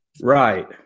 Right